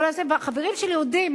והחברים שלי יודעים,